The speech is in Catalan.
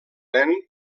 nen